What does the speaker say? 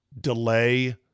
delay